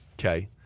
okay